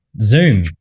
Zoom